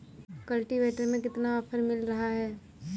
Cultivator में कितना offer मिल रहा है?